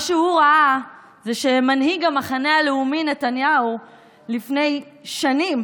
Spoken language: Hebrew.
מה שראה מנהיג המחנה הלאומי נתניהו לפני שנים,